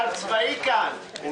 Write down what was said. בטח שעשינו.